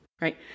right